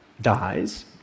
dies